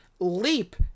leap